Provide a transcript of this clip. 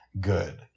good